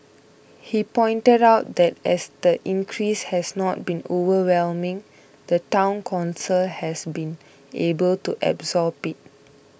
he pointed out that as the increase has not been overwhelming the Town Council has been able to absorb it